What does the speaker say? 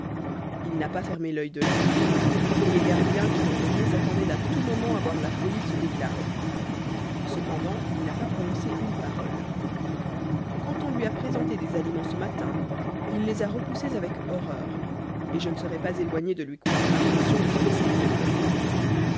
il n'a pas ferme l'œil de la nuit et les gardiens qui l'ont veillé s'attendaient à tout moment à voir la folie se déclarer cependant il n'a pas prononcé une parole quand on lui a présenté des aliments ce matin il les a repoussés avec horreur et je ne serais pas éloigné de lui croire l'intention de se laisser mourir de faim